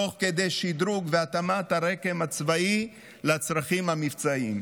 תוך כדי שדרוג והתאמת הרק"מ הצבאי לצרכים המבצעיים,